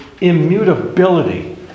immutability